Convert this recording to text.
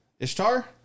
Ishtar